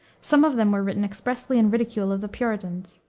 some of them were written expressly in ridicule of the puritans.